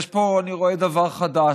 יש פה, אני רואה, דבר חדש.